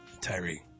Tyree